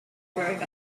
growing